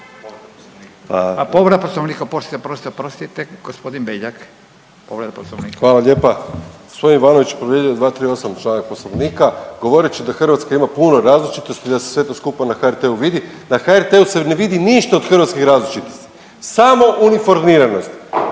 povreda poslovnika. **Beljak, Krešo (HSS)** Hvala lijepa. Gospodin Ivanović povrijedio je 238. članak poslovnika govoreći da Hrvatska ima puno različitosti i da se sve to skupa na HRT-u vidi. Na HRT-u se ne vidi ništa od hrvatskih različitosti, samo uniformiranost,